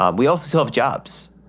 um we all still have jobs.